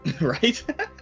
Right